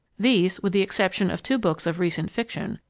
these, with the exception of two books of recent fiction,